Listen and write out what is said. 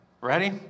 Ready